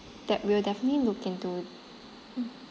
that we'll definitely look into mm